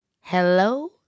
Hello